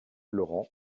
laurent